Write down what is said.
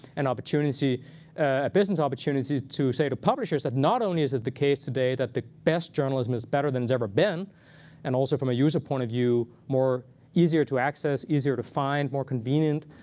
an opportunity, a business opportunity to say to publishers that not only is it the case today that the best journalism is better than it's ever been and also, from a user point of view, easier to access, easier to find, more convenient